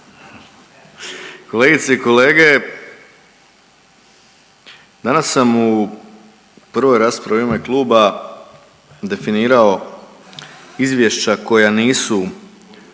kolegice i kolege, danas sam u prvoj raspravi u ime Kluba definirao izvješća koja nisu